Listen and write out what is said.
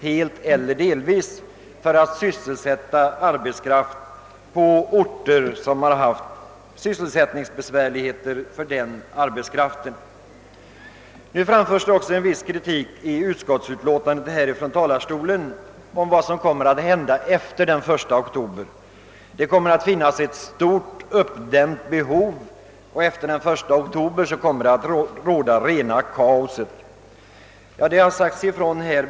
Det har alltså gällt byggen på orter som haft sysselsättningssvårigheter. Nu har det också från denna talarstol uttalats vissa farhågor för vad som kommer att hända efter den 1 oktober. Det kommer då att finnas ett stort uppdämt behov, och man befarar att det efter detta datum skall bli ett rent kaos.